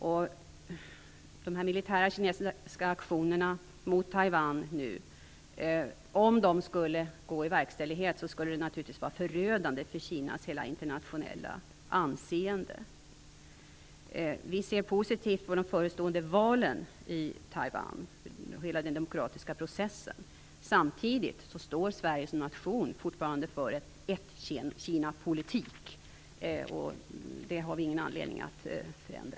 Om de militära kinesiska aktionerna mot Taiwan skulle gå i verkställighet skulle det naturligtvis vara förödande för Kinas hela internationella anseende. Vi ser positivt på de förestående valen i Taiwan och hela den demokratiska processen. Samtidigt är Sverige som nation fortfarande för att Kina skall vara ett land. Den politiken har vi ingen anledning att förändra.